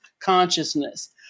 consciousness